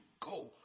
go